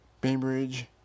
Bainbridge